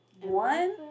one